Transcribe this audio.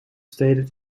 stated